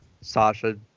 Sasha